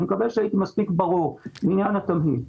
אני מקווה שהייתי מספיק ברור לעניין התמהיל.